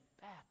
back